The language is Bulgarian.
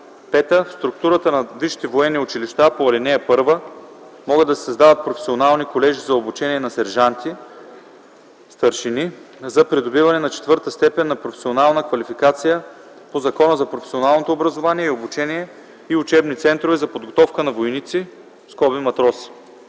(5) В структурата на висшите военни училища по ал. 1 могат да се създават професионални колежи за обучение на стажанти, старшини за придобиване на четвърта степен на професионална квалификация по Закона за професионалното образование и обучение и учебните центрове за подготовка на войници (матроси).”